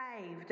saved